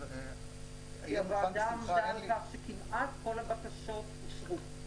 כי הוועדה עמדה על כך שכמעט כל הבקשות אושרו.